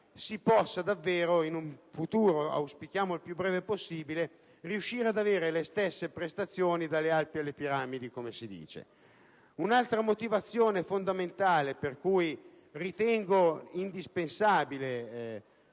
si possa davvero in un futuro - auspichiamo il più breve possibile - riuscire ad avere le stesse prestazioni «dalle Alpi alle Piramidi». Un'altra fondamentale motivazione per cui ritengo indispensabile,